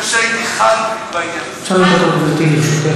גברתי.